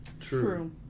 True